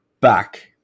back